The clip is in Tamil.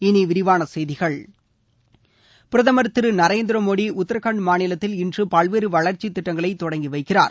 இனி விரிவான செய்திகள் பிரதம் திரு நரேந்திர மோடி உத்தரகான்ட் மாநிலத்தில் இன்று பல்வேறு வளர்ச்சித் திட்டங்களை தொடங்கி வைக்கிறார்